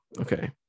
Okay